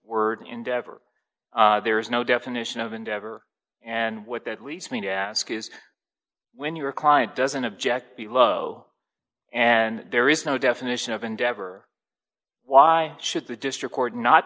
word endeavor there is no definition of endeavor and what that leads me to ask is when your client doesn't object below and there is no definition of endeavor why should the district court not